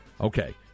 Okay